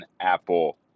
Apple